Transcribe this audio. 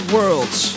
Worlds